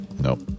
Nope